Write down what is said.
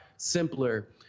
simpler